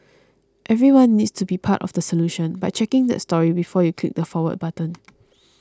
everyone needs to be part of the solution by checking that story before you click the Forward button